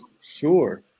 Sure